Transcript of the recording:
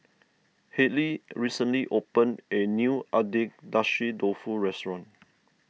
Hadley recently opened a new Agedashi Dofu restaurant